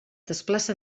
desplaça